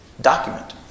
document